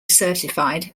certified